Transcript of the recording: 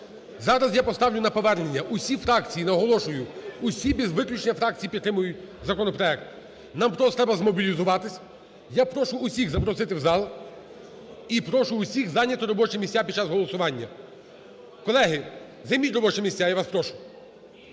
Зараз я поставлю на повернення. Усі фракції, наголошую, усі без виключення фракції підтримують законопроект. Нам просто треба змобілізуватись. Я прошу всіх запросити в зал і прошу всіх зайняти робочі місця під час голосування. Колеги, займіть робочі місця, я вас прошу.